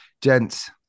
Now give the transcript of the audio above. Gents